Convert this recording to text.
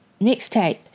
mixtape